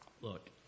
Look